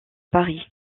paris